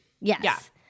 Yes